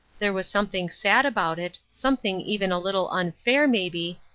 there was something sad about it, something even a little unfair, maybe,